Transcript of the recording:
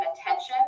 attention